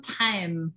time